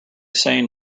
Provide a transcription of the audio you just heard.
saying